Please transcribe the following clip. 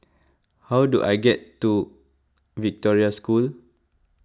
how do I get to Victoria School